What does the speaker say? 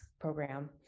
program